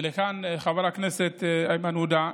חבר הכנסת איימן עודה,